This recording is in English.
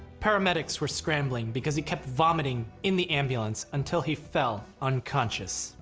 paramedics were scrambling because he kept vomiting in the ambulance until he fell unconscious.